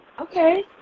Okay